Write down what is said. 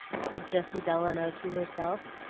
said jessie delano to herself,